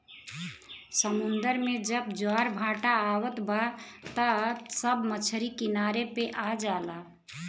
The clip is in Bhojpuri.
समुंदर में जब ज्वार भाटा आवत बा त सब मछरी किनारे पे आ जाला